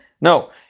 No